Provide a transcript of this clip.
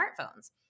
smartphones